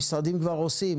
המשרדים כבר עושים,